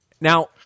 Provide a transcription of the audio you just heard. Now